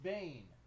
Bane